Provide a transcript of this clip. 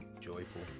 joyful